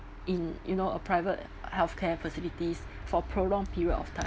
in you know a private healthcare facilities for prolonged period of time